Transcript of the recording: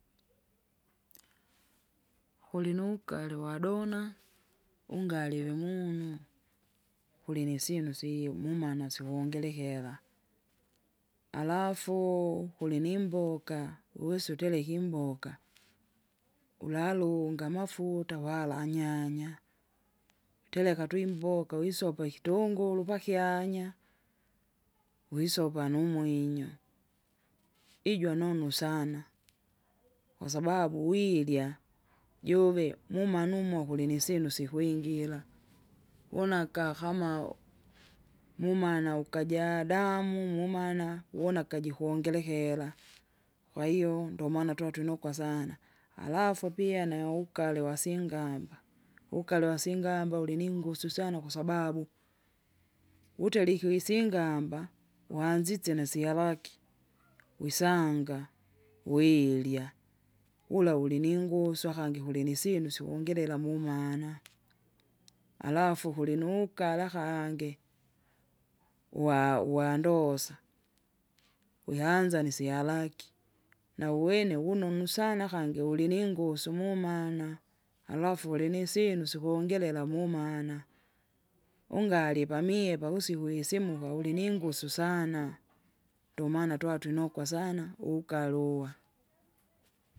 Kuli nu ugali wadona, ungali vimunu, kulinisyinu sio mumana sikongelekera. Alafu kulinimboka wisa utereke imboka, ulalunga amafuuta wala nyanaya, utereka twimboka wisopa ikitunguru pakyanya, wisopa numwinyo, ijwa nonu sana, kwasababu wirya juve mumanu umo kulinisyinu sikwingira, wuna aka kama mumana ukaja damu mumana uwona akaji kongerekera, kwahiyo ndomana twatwinokwa sana. Alafu pia na ugale wasingamba, ugale wasingamba uliningusu sana kwasababu, wuterike isingamba, wanzize nasyalaki, wisanga, wirya. Wula ulininguswa akangi kulinisyinu sikongelela mumana, alafu kulinukala akange, uwa- uwandosa, wihanza nisyalaki, nauwene wononu sana kangi uliningusu mumana. Alafu ulinisimu sikongelela mumana, ungalye pamie puvusiku isimu kauliningusu sana. Ndomana twatwinokwa sana ugale uwa.